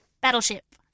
Battleship